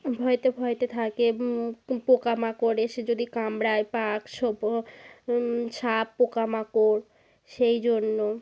ভয়েতে ভয়েতে থাকে পোকা মাকড় এসে যদি কামরায় বাগ সাপ সাপ পোকা মাকড় সেই জন্য